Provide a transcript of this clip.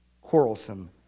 quarrelsome